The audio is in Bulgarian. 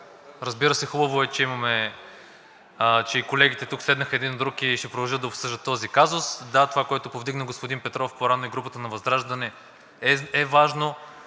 Разбира се, хубаво е, че и колегите тук седят един до друг и ще продължат да обсъждат този казус. Да, това, което повдигна господин Петров и групата на ВЪЗРАЖДАНЕ, е важно.